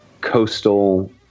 coastal